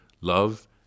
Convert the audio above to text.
love